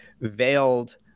veiled